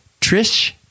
Trish